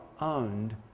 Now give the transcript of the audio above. owned